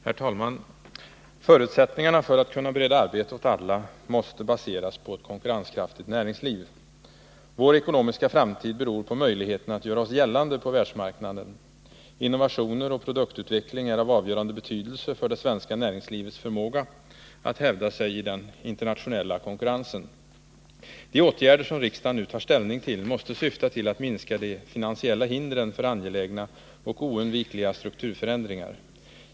Herr talman! Förutsättningarna för att kunna bereda arbete åt alla måste baseras på ett konkurrenskraftigt näringsliv. Vår ekonomiska framtid beror på möjligheterna att göra oss gällande på världsmarknaden. Innovationer och produktutveckling är av avgörande betydelse för det svenska näringslivets förmåga att hävda sig i den internationella konkurrensen. De åtgärder som riksdagen nu tar ställning till måste syfta till att minska de finansiella hindren för angelägna och oundvikliga strukturförändringar.